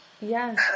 Yes